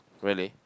really